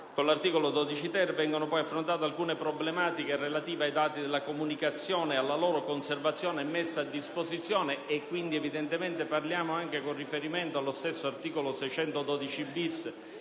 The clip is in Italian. Con l'articolo 12-*ter* vengono poi affrontate alcune problematiche relative ai dati della comunicazione e alla loro conservazione e messa a disposizione. Evidentemente, parliamo anche con riferimento allo stesso articolo 612-*bis*,